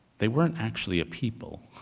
they weren't actually a people,